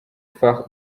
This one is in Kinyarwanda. far